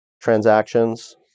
transactions